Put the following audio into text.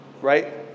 right